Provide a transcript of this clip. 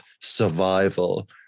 survival